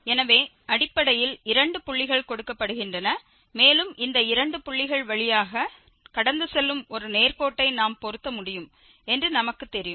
எனவே அடிப்படையில் இரண்டு புள்ளிகள் கொடுக்கப்படுகின்றன மேலும் இந்த இரண்டு புள்ளிகள் வழியாக கடந்து செல்லும் ஒரு நேர்கோட்டை நாம் பொருத்த முடியும் என்று நமக்குத் தெரியும்